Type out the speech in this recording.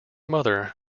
mother